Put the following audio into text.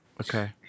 Okay